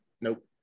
Nope